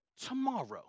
tomorrow